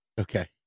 okay